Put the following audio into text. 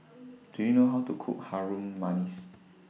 Do YOU know How to Cook Harum Manis